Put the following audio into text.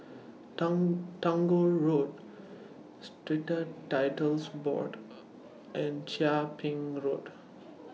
Tang Tagore Road Strata Titles Board and Chia Ping Road